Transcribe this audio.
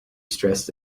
stressed